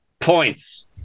points